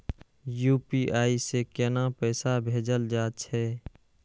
UPI से केना पैसा भेजल जा छे?